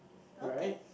right